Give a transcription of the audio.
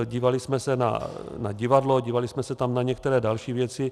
Dívali jsme se na divadlo, dívali jsme se tam na některé další věci.